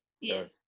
yes